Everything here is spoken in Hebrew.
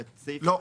לא.